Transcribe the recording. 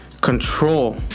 control